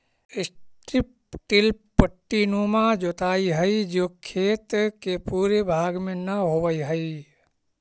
strip till पट्टीनुमा जोताई हई जो खेत के पूरे भाग में न होवऽ हई